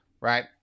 right